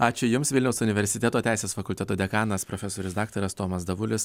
ačiū jums vilniaus universiteto teisės fakulteto dekanas profesorius daktaras tomas davulis